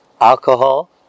alcohol